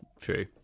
true